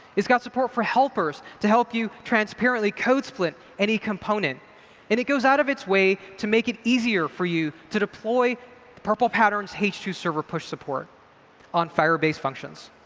it's got support for helpers to help you transparently code-split any component. and it goes out of its way to make it easier for you to deploy the prpl pattern's h two server push support on firebase functions.